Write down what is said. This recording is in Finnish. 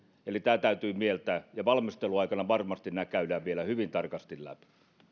eli tämä täytyy mieltää ja valmisteluaikana nämä varmasti käydään vielä hyvin tarkasti läpi